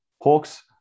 Hawks